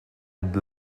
good